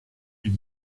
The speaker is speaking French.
ils